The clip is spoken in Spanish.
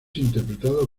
interpretado